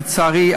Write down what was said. לצערי,